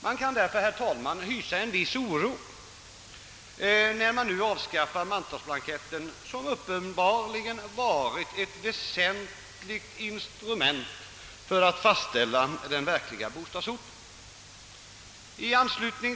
Man kan, herr taiman, hysa en viss oro när mantalsblanketten nu skall avskaffas, då den uppenbarligen varit ett väsentligt instrument för fastställande av den verkliga bostadsorten.